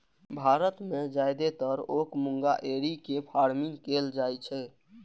भारत मे जादेतर ओक मूंगा एरी के फार्मिंग कैल जाइ छै